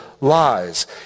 lies